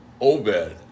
Obed